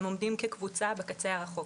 והם עומדים כקבוצה בקצה הרחוק.